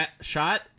shot